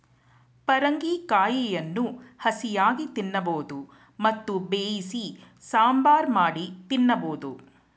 ಪರಂಗಿ ಕಾಯಿಯನ್ನು ಹಸಿಯಾಗಿ ತಿನ್ನಬೋದು ಮತ್ತು ಬೇಯಿಸಿ ಸಾಂಬಾರ್ ಮಾಡಿ ತಿನ್ನಬೋದು